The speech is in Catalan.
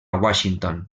washington